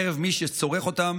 בקרב מי שצורך אותם